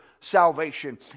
salvation